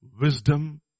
Wisdom